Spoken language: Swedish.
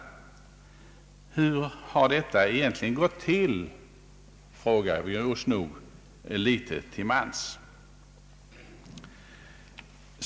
Hur har detta egentligen gått till, frågar vi oss nog litet till mans.